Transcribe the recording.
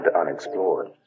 unexplored